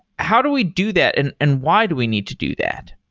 how do we do that and and why do we need to do that?